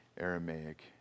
Aramaic